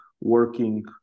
working